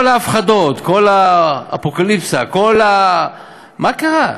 כל ההפחדות, כל האפוקליפסה, מה קרה?